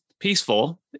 Peaceful